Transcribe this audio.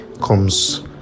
comes